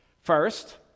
First